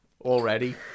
already